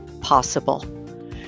possible